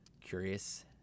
curious